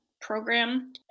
program